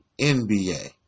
NBA